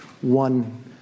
one